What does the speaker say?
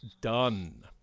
Done